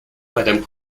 madame